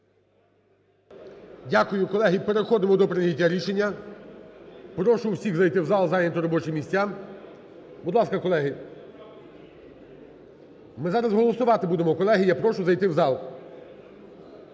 Дякую. Колеги, переходимо до прийняття рішення. Прошу всіх зайти в зал, зайняти робочі місця. Будь ласка, колеги. Ми зараз голосувати будемо. Колеги, я прошу зайти в зал.